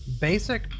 basic